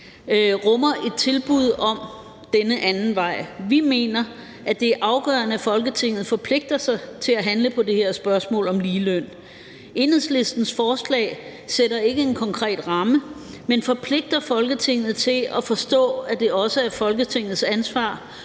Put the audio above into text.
rummer et tilbud om denne anden vej. Vi mener, at det er afgørende, at Folketinget forpligter sig til at handle på det her spørgsmål om ligeløn. Enhedslistens forslag sætter ikke en konkret ramme, men forpligter Folketinget til at forstå, at det også er Folketingets ansvar